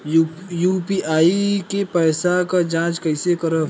UPI के पैसा क जांच कइसे करब?